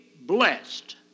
blessed